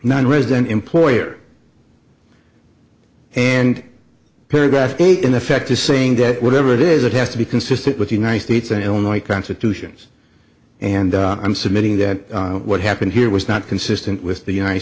non resident employer and paragraph eight in effect is saying that whatever it is it has to be consistent with united states and illinois constitutions and i'm submitting that what happened here was not consistent with the united